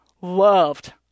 loved